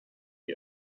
die